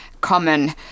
common